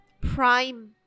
prime